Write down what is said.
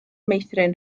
meithrin